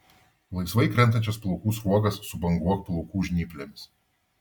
laisvai krentančias plaukų sruogas subanguok plaukų žnyplėmis